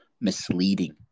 misleading